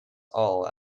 all